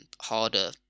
harder